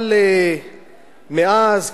אבל מאז,